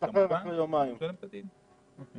אחרי יומיים הוא משתחרר.